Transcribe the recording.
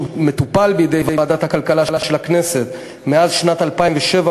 שמטופל בידי ועדת הכלכלה של הכנסת מאז שנת 2007,